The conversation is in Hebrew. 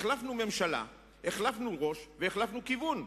החלפנו ממשלה, החלפנו ראש והחלפנו כיוון.